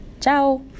ciao